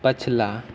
पछिला